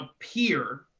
appear